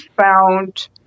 found